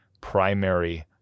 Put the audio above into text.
primary